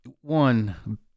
one